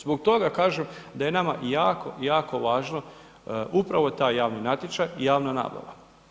Zbog toga, kažem da je nama jako jako važno upravo taj javni natječaj i javna nabava.